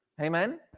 Amen